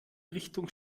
richtung